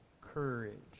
courage